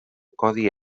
codi